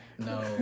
No